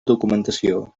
documentació